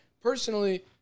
personally –